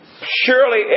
Surely